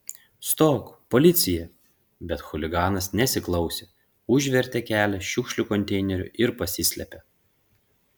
stok policija bet chuliganas nesiklausė užvertė kelią šiukšlių konteineriu ir pasislėpė